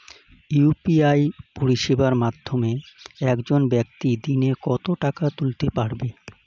UPI পরিষেবার মাধ্যমে একজন ব্যাক্তি দিনে কত টাকা তুলতে পারবে?